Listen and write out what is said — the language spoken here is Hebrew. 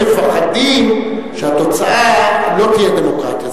הם מפחדים שהתוצאה לא תהיה דמוקרטיה,